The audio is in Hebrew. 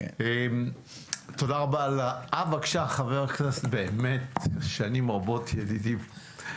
חבר הכנסת, שנים רבות ידידי, סגלוביץ'.